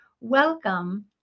Welcome